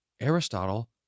Aristotle